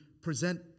present